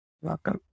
Welcome